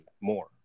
more